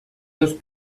dos